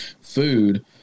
food